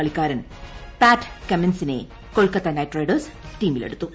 കളിക്കാരൻ പാറ്റ് കമ്മിൻസിനെ Kolkata Knight Riders ടീമിലെടുത്തു